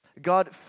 God